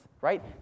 right